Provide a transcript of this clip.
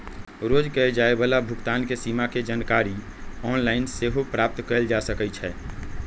रोज कये जाय वला भुगतान के सीमा के जानकारी ऑनलाइन सेहो प्राप्त कएल जा सकइ छै